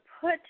put